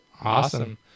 Awesome